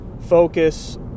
focus